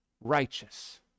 Righteous